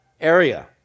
area